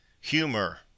Humor